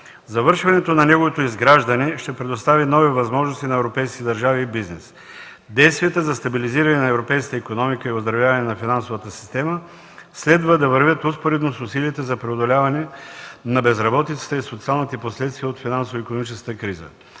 Завършването на неговото изграждане ще предостави нови възможности на европейските държави и бизнеса. Действията за стабилизиране на европейската икономика и оздравяване на финансовата система следва да вървят успоредно с усилията за преодоляване на безработицата и социалните последствия от финансово-икономическата криза.